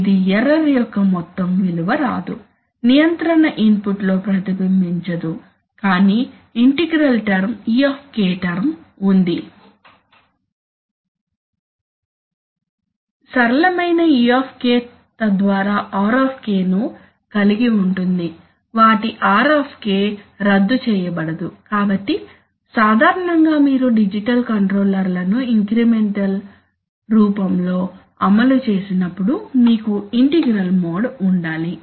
ఇది ఎర్రర్ యొక్క మొత్తం విలువ రాదు నియంత్రణ ఇన్పుట్లో ప్రతిబింబించదు కాని ఇంటిగ్రల్ టర్మ్ e టర్మ్ ఉంది సరళమైన e తద్వారా r ను కలిగి ఉంటుంది వాటి r రద్దు చేయబడదు కాబట్టి సాధారణంగా మీరు డిజిటల్ కంట్రోలర్లను ఇంక్రిమెంటల్ రూపంలో అమలు చేసినప్పుడు మీకు ఇంటిగ్రల్ మోడ్ ఉండాలి